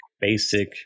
basic